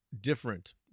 different